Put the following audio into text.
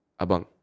Abang